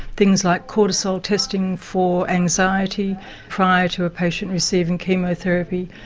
things like cortisol testing for anxiety prior to a patient receiving chemotherapy,